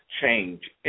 change